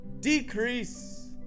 decrease